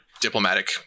diplomatic